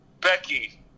Becky